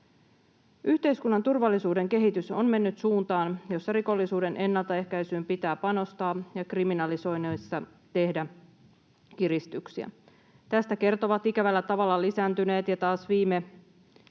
Yhteiskunnan turvallisuuden kehitys on mennyt suuntaan, jossa rikollisuuden ennaltaehkäisyyn pitää panostaa ja kriminalisoinneissa tehdä kiristyksiä. Tästä kertovat ikävällä tavalla lisääntyneet ja taas viime aikoinakin